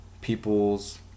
people's